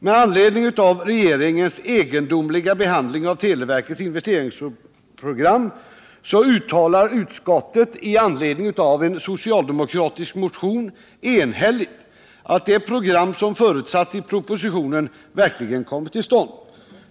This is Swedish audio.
På grund av regeringens egendomliga behandling av televerkets investeringsprogram gör utskottet i anledning av en socialdemokratisk motion ett enhälligt uttalande om vikten av att det program som förutsatts i propositionen verkligen kommer till stånd.